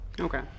Okay